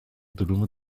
durumu